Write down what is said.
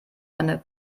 eine